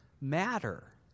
matter